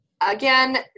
Again